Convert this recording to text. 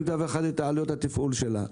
היא מדווחת את עלויות התפעול שלה.